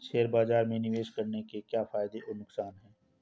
Share बाज़ार में निवेश करने के क्या फायदे और नुकसान हैं?